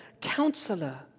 counselor